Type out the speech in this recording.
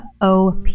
OP